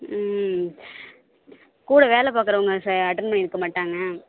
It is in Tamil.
ம் கூட வேலை பார்க்குறவங்க சார் அட்டெண்ட் பண்ணி இருக்க மாட்டாங்க